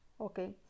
Okay